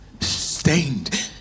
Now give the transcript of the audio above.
stained